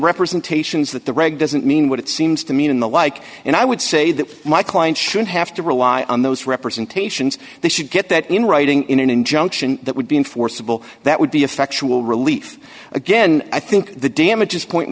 representations that the reg doesn't mean what it seems to mean in the like and i would say that my client should have to rely on those representations they should get that in writing in an injunction that would be enforceable that would be effectual relief again i think the damages point